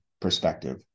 perspective